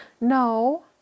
No